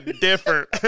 different